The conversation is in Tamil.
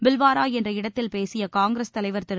பில்வாரா என்ற இடத்தில் பேசிய காங்கிரஸ் தலைவர் திரு